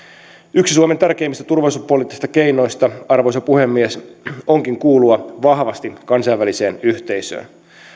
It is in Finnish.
yksi suomen tärkeimmistä turvallisuuspoliittista keinoista arvoisa puhemies onkin kuulua vahvasti kansainväliseen yhteisöön